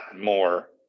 more